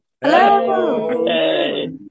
Hello